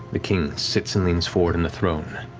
the king sits and leans forward on the throne.